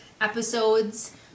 episodes